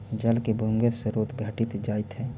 जल के भूमिगत स्रोत घटित जाइत हई